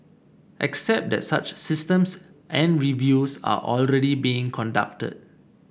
except that such systems and reviews are already being conducted